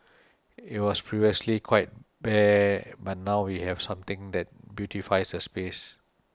it was previously quite bare but now we have something that beautifies the space